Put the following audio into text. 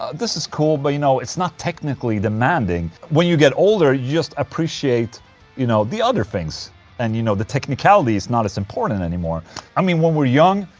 ah this is cool, but you know, it's not technically demanding when you get older you just appreciate you know, the other things and you know, the technicality is not as important anymore i mean, when we're young,